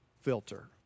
filter